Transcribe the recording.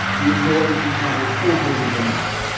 we avoid becoming overly dramatic.